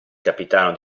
capitano